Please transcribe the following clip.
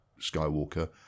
Skywalker